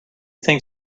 think